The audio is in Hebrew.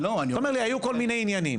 אתה אומר לי היו כל מיני עניינים,